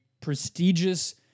prestigious